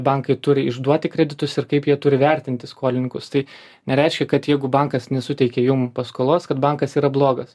bankai turi išduoti kreditus ir kaip jie turi vertinti skolininkus tai nereiškia kad jeigu bankas nesuteikė jum paskolos kad bankas yra blogas